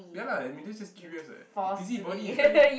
ya lah I mean this is curious what busybody is like